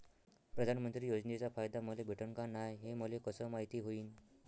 प्रधानमंत्री योजनेचा फायदा मले भेटनं का नाय, हे मले कस मायती होईन?